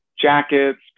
jackets